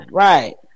right